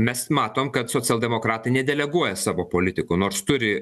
mes matom kad socialdemokratai nedeleguoja savo politikų nors turi